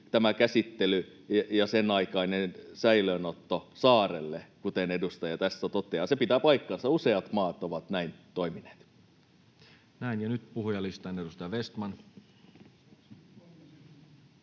tämä käsittely ja senaikainen säilöönotto saarelle, kuten edustaja tässä toteaa. Se pitää paikkansa. Useat maat ovat näin toimineet. Näin. — Ja nyt puhujalistaan. — Edustaja Vestman.